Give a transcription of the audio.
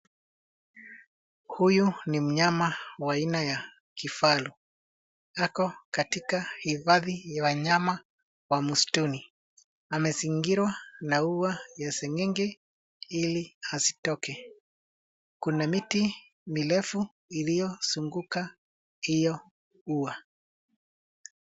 Huyu ni mnyama wa aina ya kifaru. Ako katika hifadhi ya wanyama wa msituni. Amezingirwa na ua ya seng'enge ili asitoke. Kuna miti mirefu iliyozunguka hiyo ua.